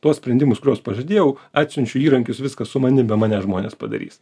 tuos sprendimus kuriuos pažadėjau atsiunčiu įrankius viskas su manim be manęs žmonės padarys